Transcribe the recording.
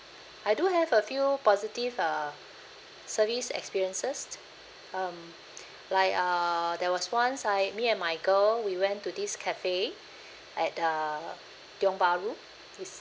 I do have a few positive uh service experiences um like uh there was once I me and my girl we went to this cafe at uh tiong bahru this